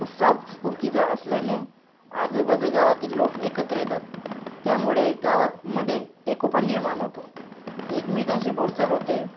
उत्साह स्फूर्तीचा असल्याने आजूबाजू गावातील लोक एकत्र येतात त्यामुळे गावात मधे एकोपा निर्माण होतो एकमेकांशी बोलचाल होते